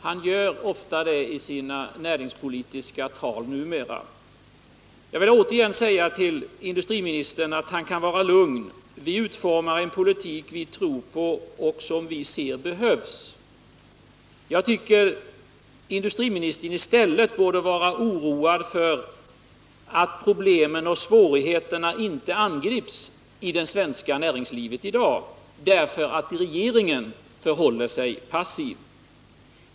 Han gör ofta det i sina näringspolitiska tal numera. Jag vill återigen säga till industriministern att han kan vara lugn — vi utformar en politik vi tror på och som vi ser behövs. Jag tycker att industriministern i stället borde oroa sig över att problemen och svårigheterna inte angrips i det svenska näringslivet i dag. därför att regeringen förhåller sig passiv.